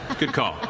good call.